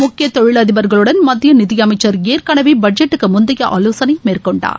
முக்கிய தொழிலதிபர்களுடன் மத்திய நிதியளமச்சர் ஏற்களவே பட்ஜெட்டுக்கு முந்தைய ஆலோசனை மேற்கொண்டார்